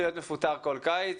ולהיות מפוטר בכל קיץ.